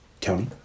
Tony